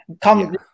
come